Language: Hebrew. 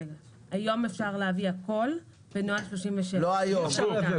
היום אפשר להביא הכול בנוהל 37. לא היום.